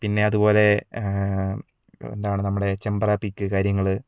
പിന്നെ അതുപോലെ എന്താണ് നമ്മുടെ ചെമ്പറ പീക്ക് കാര്യങ്ങളൾ